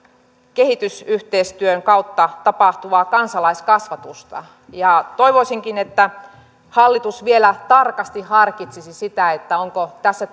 kehitysyhteistyön kautta tapahtuvaa kansalaiskasvatusta toivoisinkin että hallitus vielä tarkasti harkitsisi sitä onko tässä